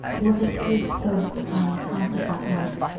was it his ghost that i encountered that night?